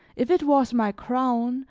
if it was my crown,